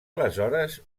aleshores